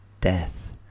death